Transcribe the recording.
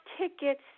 tickets